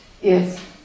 Yes